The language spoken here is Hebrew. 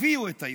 הביאו את היום.